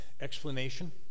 explanation